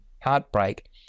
heartbreak